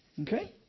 Okay